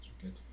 good